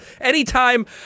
Anytime